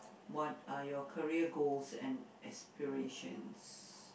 what are your career goals and aspirations